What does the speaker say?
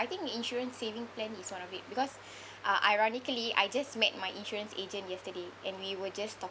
I think insurance savings plan is one of it because uh ironically I just met my insurance agent yesterday and we were just talking